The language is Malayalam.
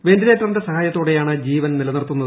വെന്റിലേറ്ററിന്റെ സഹായത്തോടെയാണ്ട് ജീവൻ നിലനിർത്തുന്നത്